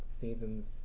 seasons